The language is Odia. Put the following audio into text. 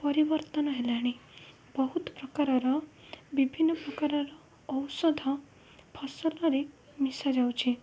ପରିବର୍ତ୍ତନ ହେଲାଣି ବହୁତ ପ୍ରକାରର ବିଭିନ୍ନ ପ୍ରକାରର ଔଷଧ ଫସଲରେ ମିଶାଯାଉଛି